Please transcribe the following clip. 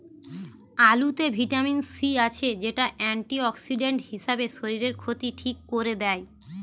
আলুতে vitamin C আছে, যেটা অ্যান্টিঅক্সিডেন্ট হিসাবে শরীরের ক্ষতি ঠিক কোরে দেয়